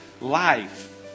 life